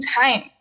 time